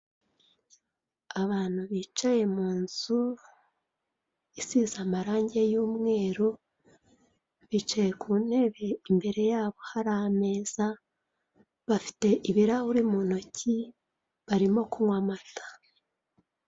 Abantu bicaye munzu isize amarange ya umweru, bicaye kuntebe imbere yabo hari ameza, bafite ibirahure mu ntoki barimo kunywa amata.